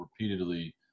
repeatedly